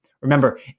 Remember